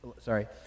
Sorry